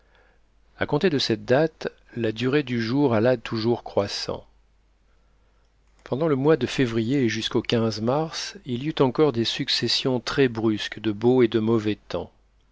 à compter de cette date la durée du jour alla toujours croissant pendant le mois de février et jusqu'au mars il y eut encore des successions très brusques de beau et de mauvais temps